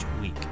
week